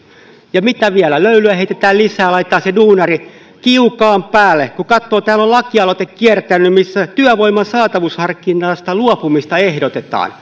ja mitä vielä löylyä heitetään lisää laitetaan se duunari kiukaan päälle kun katsoo että täällä on kiertänyt lakialoite missä työvoiman saatavuusharkinnasta luopumista ehdotetaan